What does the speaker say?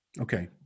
Okay